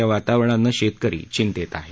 या वातावरणानं शेतकरी चिंतेत आहे